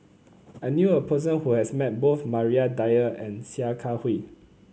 I knew a person who has met both Maria Dyer and Sia Kah Hui